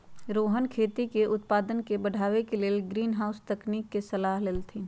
रोहन खेती के उत्पादन के बढ़ावे के लेल ग्रीनहाउस तकनिक के सलाह देलथिन